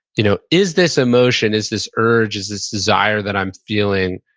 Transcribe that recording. you know is this emotion, is this urge, is this desire that i'm feeling,